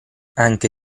anche